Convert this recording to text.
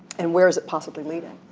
and where is it possibly leading?